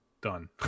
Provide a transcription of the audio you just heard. done